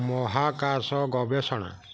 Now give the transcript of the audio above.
ମହାକାଶ ଗବେଷଣା